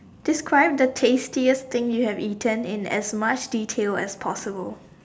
describe the tastiest thing you have eaten in as much detail as possible